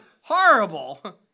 Horrible